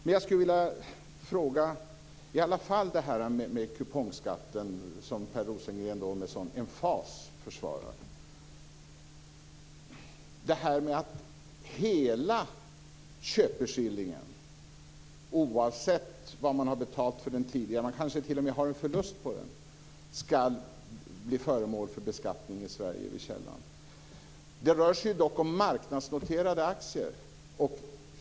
Men jag skulle i alla fall vilja ta upp det här med kupongskatten, som Per Rosengren med sådan emfas försvarar. Hela köpeskillingen, oavsett vad man har betalat tidigare - man kanske t.o.m. har en förlust på den - ska alltså bli föremål för beskattning i Sverige vid källan. Det rör sig dock om marknadsnoterade aktier.